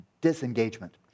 disengagement